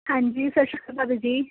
ਹਾਂਜੀ ਸਤਿ ਸ਼੍ਰੀ ਅਕਾਲ ਭਾਬੀ ਜੀ